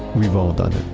we've all done it.